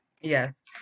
Yes